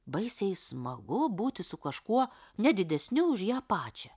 baisiai smagu būti su kažkuo ne didesniu už ją pačią